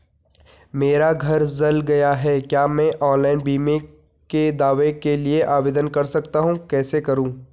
मेरा घर जल गया है क्या मैं ऑनलाइन बीमे के दावे के लिए आवेदन कर सकता हूँ कैसे करूँ?